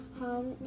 home